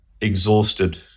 exhausted